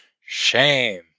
Shame